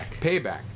Payback